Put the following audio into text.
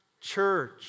church